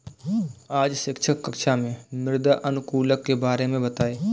आज शिक्षक कक्षा में मृदा अनुकूलक के बारे में बताएं